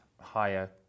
higher